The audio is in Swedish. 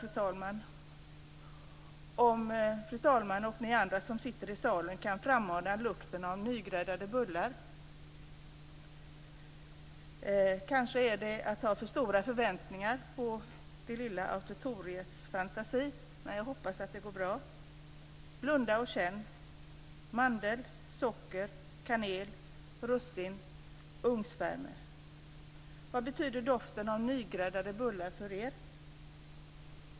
Jag undrar om talmannen och ni andra som sitter i salen kan frammana lukten av nygräddade bullar? Kanske jag har för stora förväntningar på det lilla auditoriets fantasi, men jag hoppas att det går bra. Blunda och känn lukten av mandel, socker, kanel, russin, ugnsvärme! Vad betyder doften av nygräddade bullar för er?